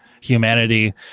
humanity